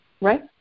right